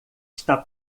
está